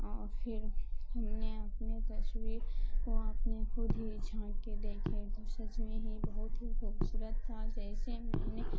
اور پھر ہم نے اپنے تصویر کو اپنے خود ہی جھانک کے دیکھے تو سچ میں ہی بہت ہی خوبصورت تھا جیسے میں نے